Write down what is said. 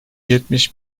yetmiş